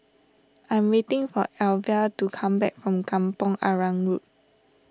I'm waiting for Alyvia to come back from Kampong Arang Road